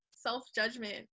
self-judgment